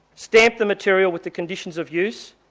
stamp the material with the conditions of use,